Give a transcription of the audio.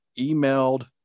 emailed